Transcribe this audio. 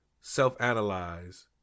self-analyze